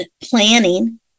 planning